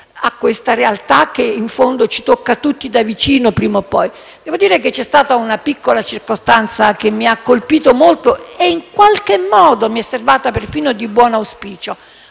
a una realtà che in fondo ci tocca tutti da vicino prima o poi. Devo dire che una piccola circostanza mi ha colpito molto e in qualche modo mi è sembrata perfino di buon auspicio.